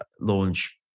launch